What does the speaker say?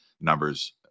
numbers